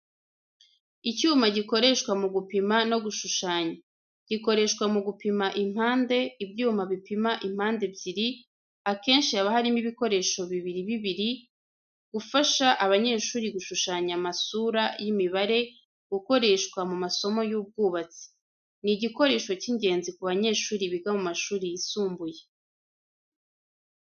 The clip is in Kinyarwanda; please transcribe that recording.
Icyuma gikoreshwa mu gupima no gushushanya. Gikoreshwa mu gupima impande, ibyuma bipima impande ebyiri, akenshi haba harimo ibikoresho bibiri bibiri, gufasha abanyeshuri gushushanya amasura y’imibare, gukoreshwa mu masomo y'ubwubatsi. Ni igikoresho cy’ingenzi ku banyeshuri biga mu mashuri yisumbuye.